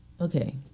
Okay